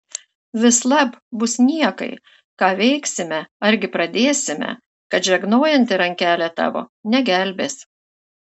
vislab bus niekai ką veiksime argi pradėsime kad žegnojanti rankelė tavo negelbės